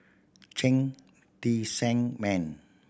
Cheng Tsang Man